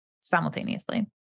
simultaneously